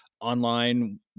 online